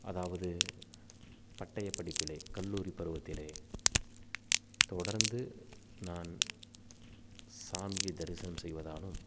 அதாவது பட்டையப் படிப்பிலே கல்லூரி பருவத்திலே தொடர்ந்து நான் சாமியைத் தரிசனம் செய்வதாலும்